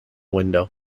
window